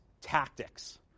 tactics